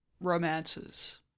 romances